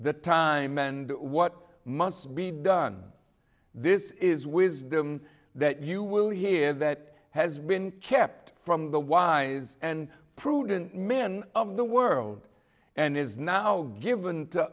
the time and what must be done this is wisdom that you will hear that has been kept from the wise and prudent men of the world and is now given